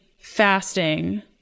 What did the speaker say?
fasting